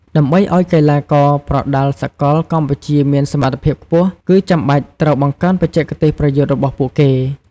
ដើម្បីឲ្យកីឡាករប្រដាល់សកលកម្ពុជាមានសមត្ថភាពខ្ពស់ គឺចាំបាច់ត្រូវបង្កើនបច្ចេកទេសប្រយុទ្ធរបស់ពួកគេ។